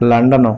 London